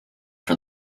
for